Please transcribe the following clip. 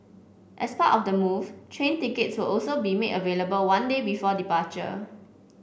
as part of the move train tickets will also be made available one day before departure